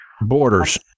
Borders